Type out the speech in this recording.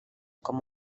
com